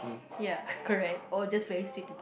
ya correct or just very sweet